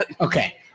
Okay